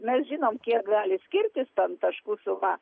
mes žinom kiek gali skirtis ten taškų sumą